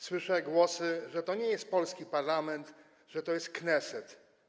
Słyszę głosy, że to nie jest polski parlament, że to jest Kneset.